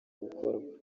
gukorwa